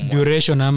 Duration